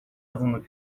azınlık